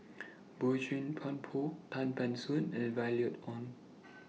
Boey Chuan Poh Tan Ban Soon and Violet Oon